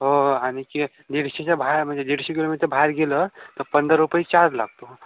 हो आणखी दीडशेच्या बाहेर म्हणजे दीडशे किलोमीटरबाहेर गेलं तर पंधरा रुपये चार्ज लागतो